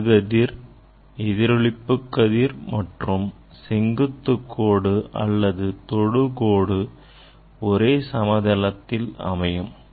படுகதிர் எதிரொளிப்பு கதிர் மற்றும் செங்குத்துக் கோடு அல்லது தொடுகோடு ஒரே சமதளத்தில் அமையும்